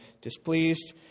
displeased